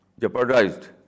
jeopardized